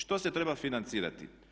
Što se treba financirati?